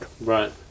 Right